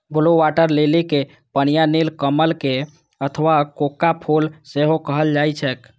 blue water lily कें पनिया नीलकमल अथवा कोका फूल सेहो कहल जाइ छैक